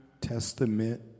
Testament